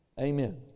Amen